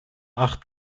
acht